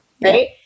right